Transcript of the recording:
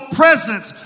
presence